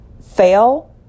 fail